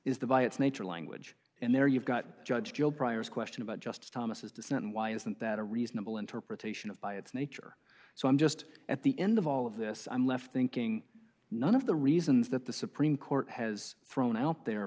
is the by its nature language and there you've got judge joe priors question about justice thomas is dissent and why isn't that a reasonable interpretation of by its nature so i'm just at the end of all of this i'm left thinking none of the reasons that the supreme court has thrown out there